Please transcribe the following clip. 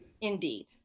Indeed